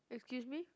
excuse me